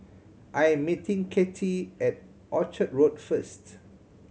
I am meeting Katy at Orchid Road first